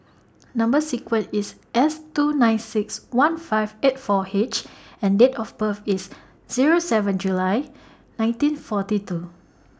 Number sequence IS S two nine six one five eight four H and Date of birth IS Zero seven July nineteen forty two